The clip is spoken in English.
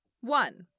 One